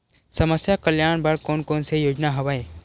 समस्या कल्याण बर कोन कोन से योजना हवय?